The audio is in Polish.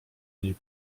niej